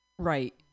Right